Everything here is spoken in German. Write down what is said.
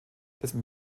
dessen